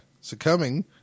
Succumbing